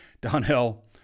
Donnell